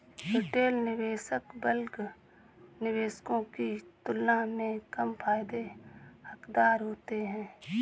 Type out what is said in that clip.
retail निवेशक bulk निवेशकों की तुलना में कम फायदे के हक़दार होते हैं